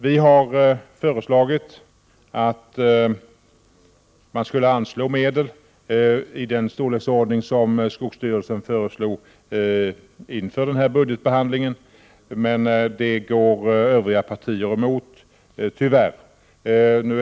Vi har föreslagit att man skulle anslå medel i den storleksordning som skogsstyrelsen föreslog inför budgetbehandlingen, men det går övriga partier tyvärr emot.